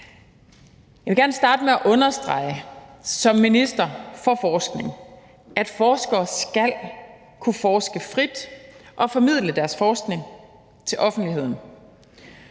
for forskning starte med at understrege, at forskere skal kunne forske frit og formidle deres forskning til offentligheden.